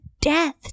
death